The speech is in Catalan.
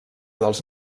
dels